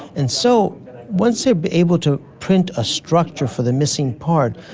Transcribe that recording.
and so once they are able to print a structure for the missing part,